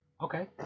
Okay